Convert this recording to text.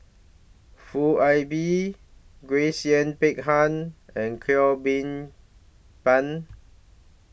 Foo Ah Bee Grace Yin Peck Ha and Cheo Kim Ban